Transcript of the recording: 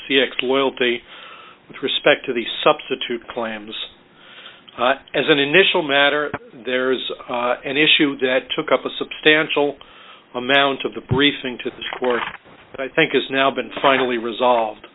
c x loyalty with respect to the substitute claims as an initial matter there is an issue that took up a substantial amount of the briefing to this court i think has now been finally resolved